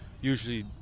usually –